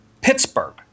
Pittsburgh